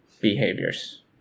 behaviors